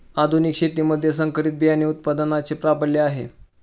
आधुनिक शेतीमध्ये संकरित बियाणे उत्पादनाचे प्राबल्य आहे